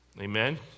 Amen